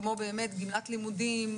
כמו גמלת לימודים,